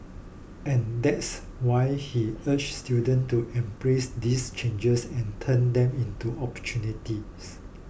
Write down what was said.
and that's why he urged students to embrace these changes and turn them into opportunities